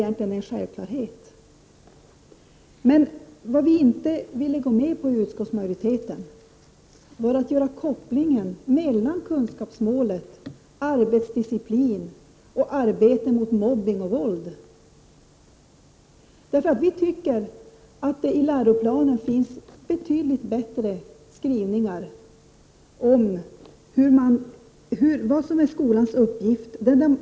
Vad vi i utskottsmajoriteten inte ville gå med på var att göra en koppling mellan kunskapsmålet, arbetsdisciplinen och arbetet mot mobbning och våld. Vi anser nämligen att det i läroplanen finns betydligt bättre skrivningar om vad som skall vara skolans uppgift.